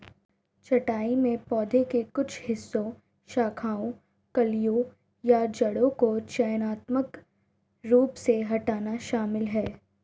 छंटाई में पौधे के कुछ हिस्सों शाखाओं कलियों या जड़ों को चयनात्मक रूप से हटाना शामिल है